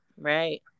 right